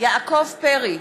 יעקב פרי,